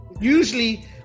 Usually